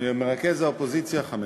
למרכז האופוזיציה חמש.